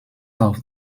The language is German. auf